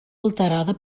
alterada